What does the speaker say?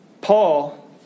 Paul